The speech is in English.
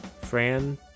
Fran